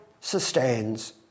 sustains